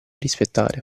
rispettare